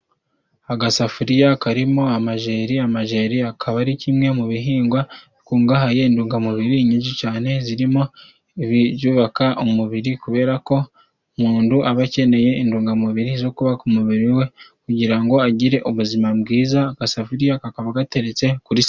Agasafuriya karimo amajeri, amajeri akaba ari kimwe mu bihingwa bikungahaye mu ntungamubiri nyinshi cyane, zirimo ibyubaka umubiri kubera ko umuntu aba akeneye intungamubiri zo kubaka umubiri we kugira ngo agire ubuzima bwiza. Agasafuriya kakaba gateretse kuri sima.